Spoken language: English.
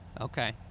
Okay